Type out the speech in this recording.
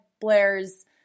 Blair's